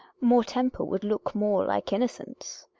more temper would look more like innocence.